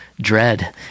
dread